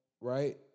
right